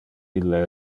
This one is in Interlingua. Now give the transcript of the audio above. ille